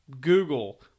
Google